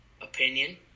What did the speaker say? opinion